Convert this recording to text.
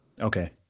Okay